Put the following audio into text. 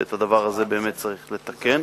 ואת הדבר הזה באמת צריך לתקן,